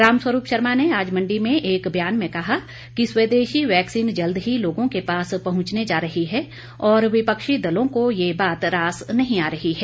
रामस्वरूप शर्मा ने आज मंडी में एक बयान में कहा कि स्वदेशी वैक्सीन जल्द ही लोगो के पास पहुंचने जा रही है और विपक्षी दलों को ये बात रास नहीं आ रही है